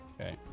Okay